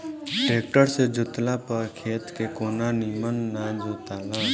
tractor से जोतला पर खेत के कोना निमन ना जोताला